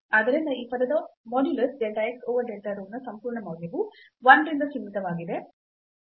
ಆದ್ದರಿಂದ ಈ ಪದದ modulus delta x over delta rho ನ ಸಂಪೂರ್ಣ ಮೌಲ್ಯವು 1 ರಿಂದ ಸೀಮಿತವಾಗಿದೆ